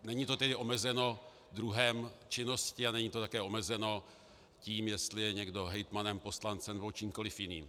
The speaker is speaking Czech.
Není to tedy omezeno druhem činnosti a není to také omezeno tím, jestli je někdo hejtmanem, poslancem nebo čímkoli jiným.